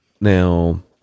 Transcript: Now